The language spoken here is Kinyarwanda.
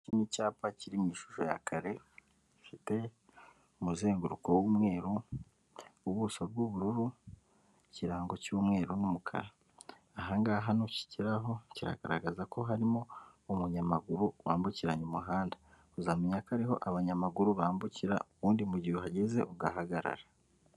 Kimwe mu cyapa kiri mu ishusho ya kare gifite umuzenguruko w'umweru, ubuso bw'ubururu, ikirango cy'umweru n'umukara. Aha ngaha nukigeraho kiragaragaza ko harimo umunyamaguru wambukiranya umuhanda, uzamenya ko ariho abanyamaguru bambukira ubundi mugihe uhageze ugahagarara.